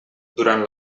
durant